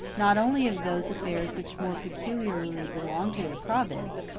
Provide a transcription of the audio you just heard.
not only of those affairs which more peculiarly belong to their province,